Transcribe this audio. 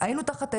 היינו תחת אש.